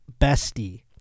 bestie